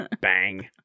Bang